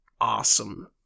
awesome